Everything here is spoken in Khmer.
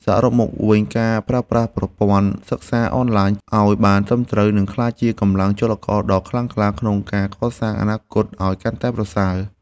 សរុបមកវិញការប្រើប្រាស់ប្រព័ន្ធសិក្សាអនឡាញឱ្យបានត្រឹមត្រូវនឹងក្លាយជាកម្លាំងចលករដ៏ខ្លាំងក្លាក្នុងការកសាងអនាគតឱ្យ កាន់តែប្រសើរ។